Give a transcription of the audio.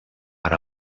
per